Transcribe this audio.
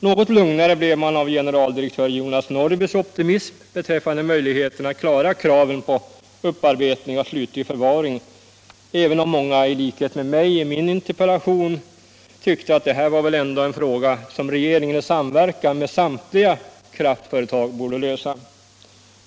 Något lugnare blev man av generaldirektör Jonas Norrbys optimism beträffande möjligheterna att klara kraven på upparbetning och slutlig förvaring, även om många, i likhet med mig i min interpellation, tyckte att det här väl ändå var en fråga som regeringen i samverkan med samtliga kraftföretag borde lösa.